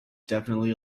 definitively